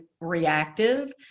reactive